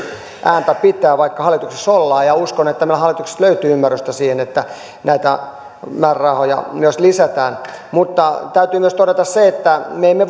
ääntä pitää vaikka hallituksessa ollaan ja uskon että meiltä hallituksesta löytyy ymmärrystä siihen että näitä määrärahoja myös lisätään mutta täytyy myös todeta se että me emme